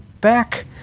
back